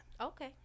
Okay